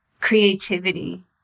creativity